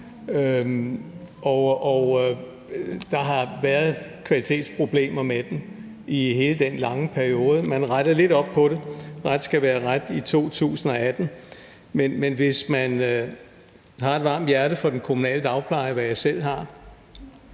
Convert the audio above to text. Der har været kvalitetsproblemer med den i hele den lange periode. Man rettede lidt op på det – ret skal være ret – i 2018, men hvis man har et varmt hjerte for den kommunale dagpleje, hvad jeg selv har,